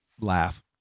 laugh